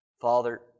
Father